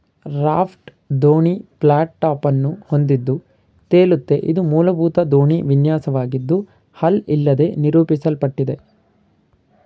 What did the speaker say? raft ದೋಣಿ flat ಟಾಪನ್ನು ಹೊಂದಿದ್ದು ತೇಲುತ್ತೆ ಇದು ಮೂಲಭೂತ ದೋಣಿ ವಿನ್ಯಾಸವಾಗಿದ್ದು ಹಲ್ ಇಲ್ಲದೇ ನಿರೂಪಿಸಲ್ಪಟ್ಟಿದೆ